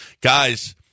Guys